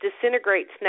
disintegrates